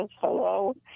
hello